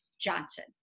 johnson